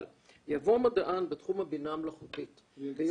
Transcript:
אבל יבוא מדען בתחום הבינה המלאכותית ויאמר --- וירצה